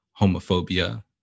homophobia